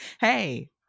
Hey